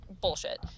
bullshit